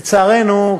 לצערנו,